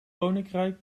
koninkrijk